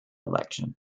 election